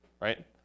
right